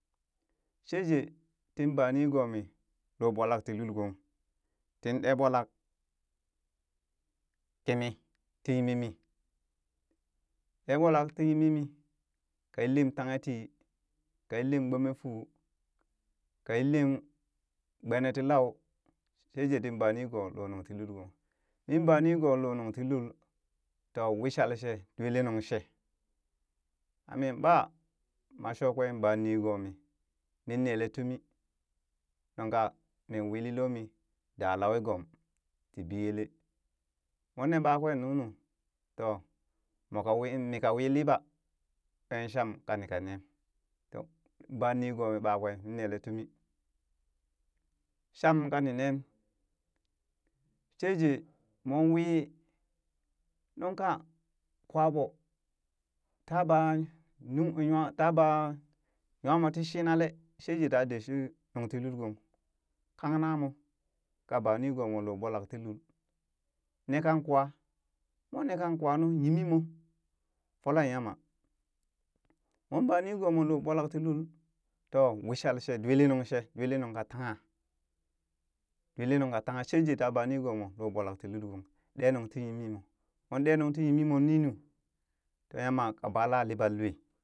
Shejee tin ba nigomi lo ɓwalak ti lul gong tin ɗe ɓolak kimi ti nyimimi ɗe ɓolak ti nyimimi ka yillim tanghe ti ka yillim gbopme fuu, ka yillim gbene ti lau, sheje tin ba nigo lo nung ti lul gong min ba nigo loo nungti lul, to wishal she dwilinung she, ami ɓa ma shokwe ba nigomi, min nele tumi nungka min wili lomi da lawe gom ti biyele, mon ne ɓakwe nunu to moka wii mika wi liɓa kween sham ka nika nem, ba nigomi ɓakwe min nele tumi, sham ka ni neem sheje, moon wii nunkan kwaboo taa taa baa nyamoo ti shinalee sheje ta doh shi nuŋ tii lul gong kang namoo ka ɓaa ni goomo looo ɓwalak ti lul nee kan kwa mom nee kan kwa nu nyimimo folan yama moon baa nigoo moon loo ɓwalak tii lul, to wishal she dwilinung shee dwilinung ka tangha, dwilinung ka tangha, jeje ta ba nigoomo loo ɓwalak ti lul gong ɗee nung ti yimi mo moon ɗee nung ti yimimo ninu to yama ka bala liɓan loo.